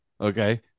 Okay